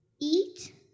eat